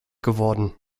geworden